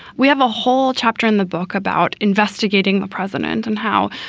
we have a whole chapter in the book about investigating the president and how.